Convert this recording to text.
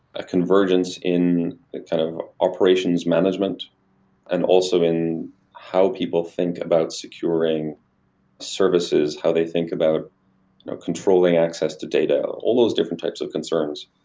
a convergence in kind of operations management and also in how people think about securing services, how they think about controlling access to data, all those different types of concerns.